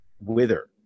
wither